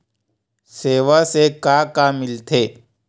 सेवा से का का मिलथे?